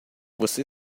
você